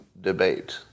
debate